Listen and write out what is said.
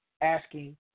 asking